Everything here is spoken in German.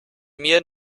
mir